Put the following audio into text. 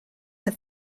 have